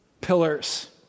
pillars